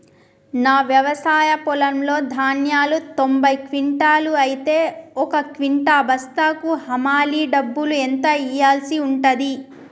నా వ్యవసాయ పొలంలో ధాన్యాలు తొంభై క్వింటాలు అయితే ఒక క్వింటా బస్తాకు హమాలీ డబ్బులు ఎంత ఇయ్యాల్సి ఉంటది?